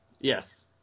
Yes